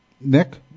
Nick